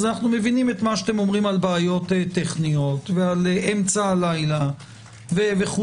אנחנו מבינים מה אתם אומרים על בעיות טכניות ועל אמצע הלילה וכו'.